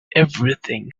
everything